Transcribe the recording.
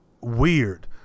weird